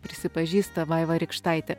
prisipažįsta vaiva rykštaitė